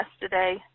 yesterday